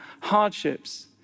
hardships